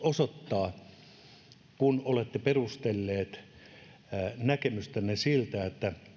osoittaa kun olette perustelleet näkemystänne sillä että